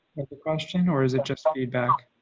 a question or is it just feedback.